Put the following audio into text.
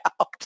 out